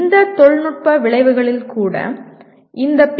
இந்த தொழில்நுட்ப விளைவுகளில் கூட இந்த பி